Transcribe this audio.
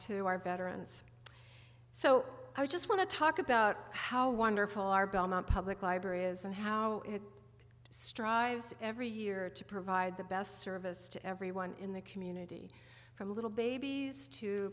to our veterans so i just want to talk about how wonderful our belmont public library is and how it strives every year to provide the best service to everyone in the community from little bab